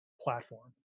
platform